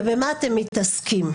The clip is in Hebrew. ובמה אתם מתעסקים?